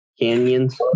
canyons